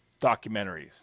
documentaries